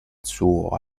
suo